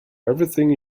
everything